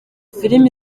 filime